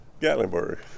Gatlinburg